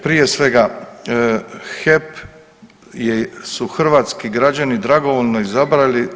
Prije svega HEP su hrvatski građani dragovoljno izabrali.